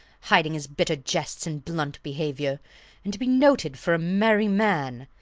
hiding his bitter jests in blunt behaviour and to be noted for a merry man,